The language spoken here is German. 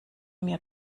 mir